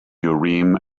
urim